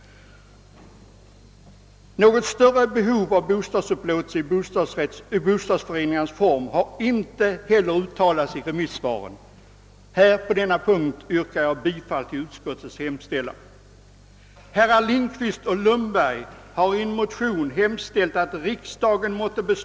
Något större behov av bostadsupplåtelse i bostadsföreningars form har inte heller uttalats 1 remissvaren. På denna punkt yrkar jag bifall till utskottets hemställan.